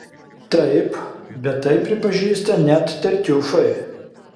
taip bet tai pripažįsta net tartiufai